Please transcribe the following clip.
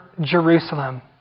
Jerusalem